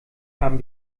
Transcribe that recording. haben